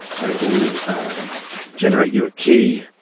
and it will generate you a key.